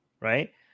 right